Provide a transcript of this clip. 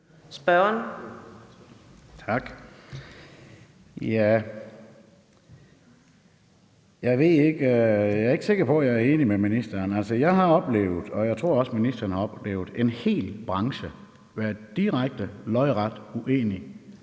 Jeg er ikke sikker på, at jeg er enig med ministeren. Jeg har oplevet, og jeg tror også ministeren har oplevet det, en hel branche være direkte lodret uenig